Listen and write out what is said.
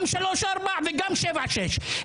גם שלושה-ארבעה וגם שבעה-שישה,